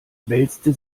wälzte